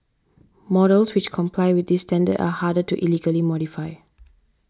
models which comply with this standard are harder to illegally modify